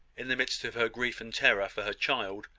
in the midst of her grief and terror for her child,